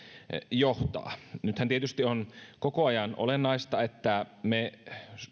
johtaa nythän tietysti on koko ajan olennaista että me